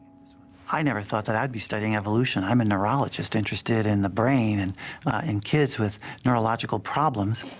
i never thought that i'd be studying evolution. i'm a neurologist, interested in the brain and and kids with neurological problems.